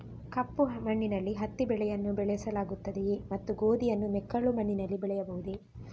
ಕಪ್ಪು ಮಣ್ಣಿನಲ್ಲಿ ಹತ್ತಿ ಬೆಳೆಯನ್ನು ಬೆಳೆಸಲಾಗುತ್ತದೆಯೇ ಮತ್ತು ಗೋಧಿಯನ್ನು ಮೆಕ್ಕಲು ಮಣ್ಣಿನಲ್ಲಿ ಬೆಳೆಯಬಹುದೇ?